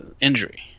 injury